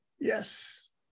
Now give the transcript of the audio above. Yes